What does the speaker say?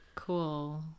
Cool